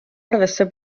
arvesse